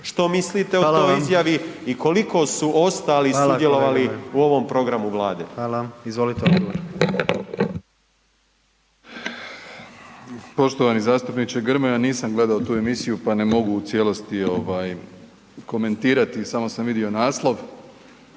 Što mislite o toj izjavi i koliko su ostali sudjelovali u ovom programu Vlade? **Jandroković, Gordan (HDZ)** Hvala vam. Izvolite odgovor. **Plenković, Andrej (HDZ)** Poštovani zastupniče Grmoja. Nisam gledao tu emisiju pa ne mogu u cijelosti komentirati, samo sam vidio naslov.